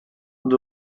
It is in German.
und